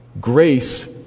Grace